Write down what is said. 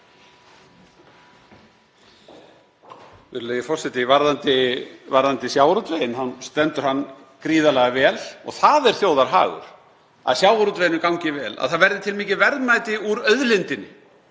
Virðulegi forseti. Varðandi sjávarútveginn þá stendur hann gríðarlega vel. Það er þjóðarhagur að sjávarútveginum gangi vel, að það verði til mikil verðmæti úr auðlindinni.